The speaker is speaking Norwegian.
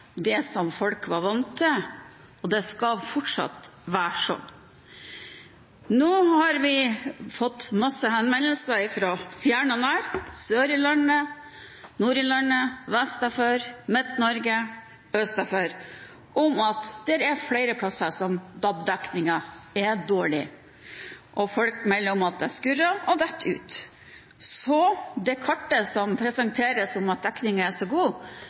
det som folk var vant til, og det skal fortsatt være sånn. Nå har vi fått mange henvendelser fra fjern og nær – fra sør i landet, fra nord i landet, vestafra, fra Midt-Norge, østafra – om at det er flere steder der DAB-dekningen er dårlig, og folk melder om at det skurrer og detter ut. Så det kartet som presenteres om at dekningen er så god,